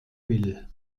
will